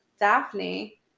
Daphne